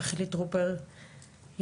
וחילי טרופר יחליף